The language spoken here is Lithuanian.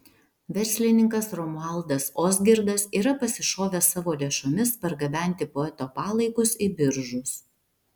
verslininkas romualdas ozgirdas yra pasišovęs savo lėšomis pargabenti poeto palaikus į biržus